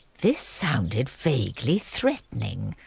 this sounded vaguely threatening,